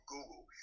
Google